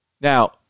Now